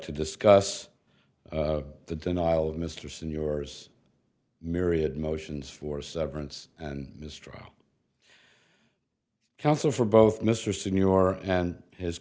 to discuss the denial of mr senors myriad motions for severance and mistrial counsel for both mr senor and his